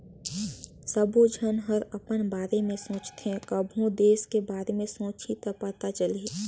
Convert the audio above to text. सबो झन हर अपन बारे में सोचथें कभों देस के बारे मे सोंचहि त पता चलही